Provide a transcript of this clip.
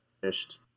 finished